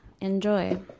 Enjoy